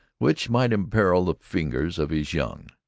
which might imperil the fingers of his young.